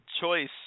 choice